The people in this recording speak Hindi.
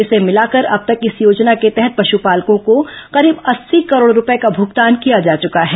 इसे भिलाकर अब तक इस योजना के तहत पशुपालकों को करीब अस्सी करोड़ रूपए का भूगतान किया जा चुका है